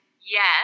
yes